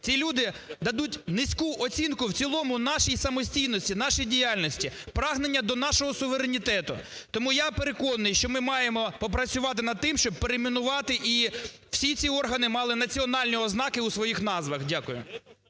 ті люди дадуть низьку оцінку в цілому нашій самостійності, нашій діяльності, прагнення до нашого суверенітету. Тому я переконаний, що ми маємо попрацювати над тим, щоб перейменувати і всі ці органи мали національні ознаки у своїх назвах. Дякую.